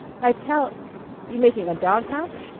i tell you making a dog-house?